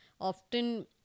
often